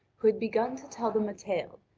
who had begun to tell them a tale,